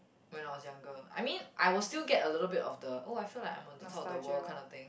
when I was younger I mean I will still get a little bit of the oh I feel like I'm on top of the world kind of thing